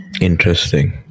Interesting